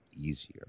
easier